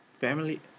family